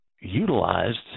utilized